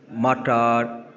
मटर